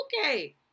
okay